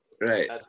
right